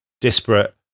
disparate